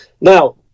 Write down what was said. Now